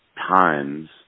times